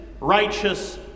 righteous